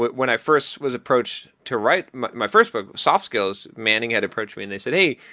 when i first was approached to write my first book, soft skills, manning had approached me and they said, hey,